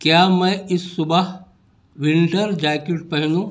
کیا میں اس صبح ونٹر جیکٹ پہنوں